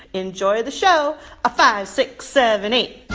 enjoy the show a-five, six, seven, eight